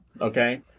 Okay